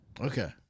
Okay